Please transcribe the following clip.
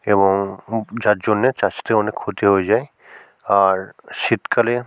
এবং যার জন্যে চাষেতে অনেক ক্ষতি হয়ে যায় আর শীতকালে